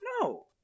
No